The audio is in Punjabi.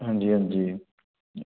ਹਾਂਜੀ ਹਾਂਜੀ